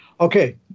Okay